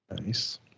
Nice